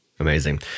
Amazing